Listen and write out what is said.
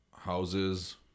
houses